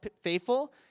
faithful